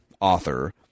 author